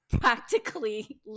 practically